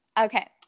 Okay